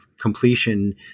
completion